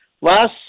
last